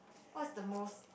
what's the most